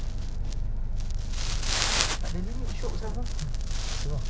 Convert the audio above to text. sure you